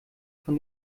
von